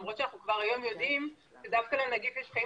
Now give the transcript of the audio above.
למרות שאנחנו כבר יודעים שלנגיף יש חיים